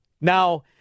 Now